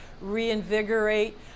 reinvigorate